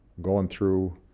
going through